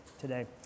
today